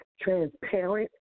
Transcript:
transparent